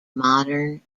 modern